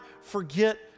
forget